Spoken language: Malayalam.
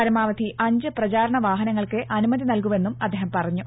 പരമാവധി അഞ്ച് പ്രചാരണ വാഹനങ്ങൾക്കേ അനുമതി നൽകൂവെന്നും അദ്ദേഹം പറഞ്ഞു